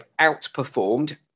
outperformed